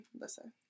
listen